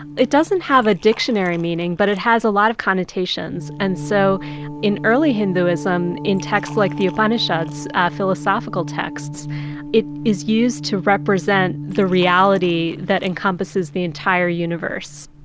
it doesn't have a dictionary meaning, but it has a lot of connotations. and so in early hinduism, in texts like the upanishads philosophical texts it is used to represent the reality that encompasses the entire universe